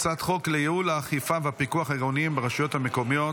הצעת חוק לייעול האכיפה והפיקוח העירוניים ברשויות המקומיות